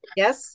yes